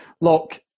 look